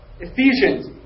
Ephesians